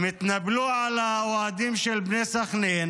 הם התנפלו על האוהדים של בני סח'נין,